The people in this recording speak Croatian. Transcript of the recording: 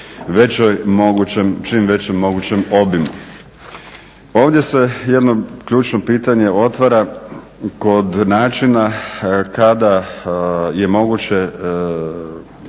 većem mogućem obimu. Ovdje se jedno ključno pitanje otvara kod načina kada je moguće